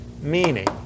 meaning